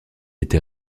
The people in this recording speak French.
été